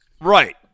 right